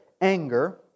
anger